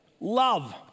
Love